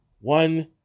One